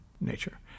nature